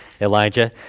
Elijah